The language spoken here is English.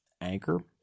Anchor